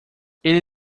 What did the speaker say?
ele